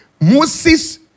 Moses